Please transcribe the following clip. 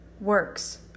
works